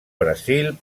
brasil